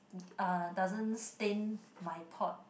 uh doesn't stain my pot